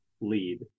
lead